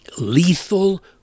lethal